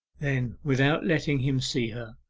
then, without letting him see her,